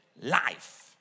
life